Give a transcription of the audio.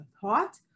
thought